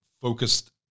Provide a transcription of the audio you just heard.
focused